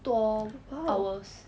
!wow!